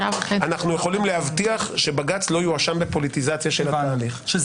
אנחנו יכולים להבטיח שבג"ץ לא יואשם בפוליטיזציה של התהליך.